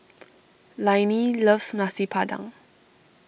Lainey loves Nasi Padang